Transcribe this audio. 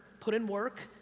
put in work,